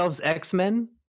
X-Men